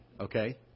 okay